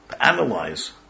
analyze